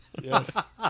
Yes